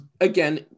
again